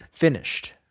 Finished